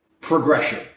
progression